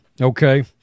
Okay